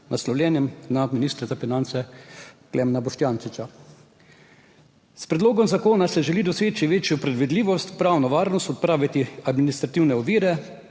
naslovljenem na ministra za finance, Klemna Boštjančiča. S predlogom zakona se želi doseči večjo predvidljivost, pravno varnost, odpraviti administrativne ovire,